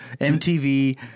MTV